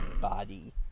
body